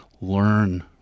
learn